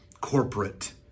corporate